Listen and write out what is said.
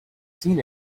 seen